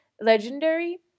Legendary